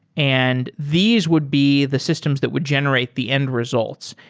and these would be the systems that would generate the end results.